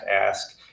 ask